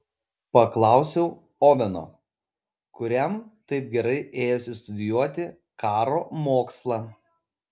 paklausiau oveno kuriam taip gerai ėjosi studijuoti karo mokslą